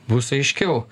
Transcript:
bus aiškiau